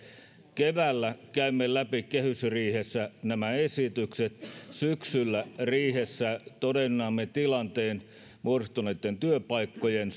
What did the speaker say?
keväällä käymme läpi kehysriihessä nämä esitykset syksyllä riihessä todennamme tilanteen muodostuneitten työpaikkojen